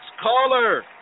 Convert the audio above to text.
caller